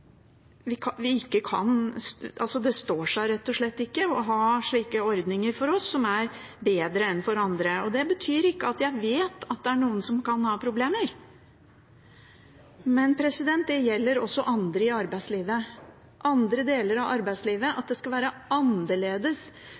det står seg rett og slett ikke å ha ordninger for oss som er bedre enn for andre. Jeg vet at det er noen som kan ha problemer, men det gjelder også andre i arbeidslivet, andre deler i arbeidslivet, og at det skal være annerledes